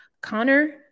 Connor